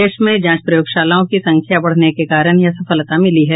देश में जांच प्रयोगशालाओं की संख्या बढ़ने के कारण यह सफलता मिली है